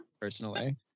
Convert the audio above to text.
personally